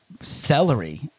celery